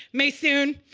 maysoon,